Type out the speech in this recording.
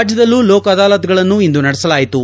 ರಾಜ್ಯದಲ್ಲೂ ಲೋಕ ಅದಾಲತ್ಗಳನ್ನು ಇಂದು ನಡೆಸಲಾಯಿತು